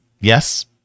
Yes